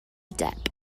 depp